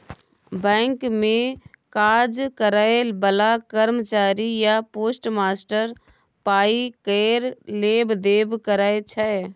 bank मे काज करय बला कर्मचारी या पोस्टमास्टर पाइ केर लेब देब करय छै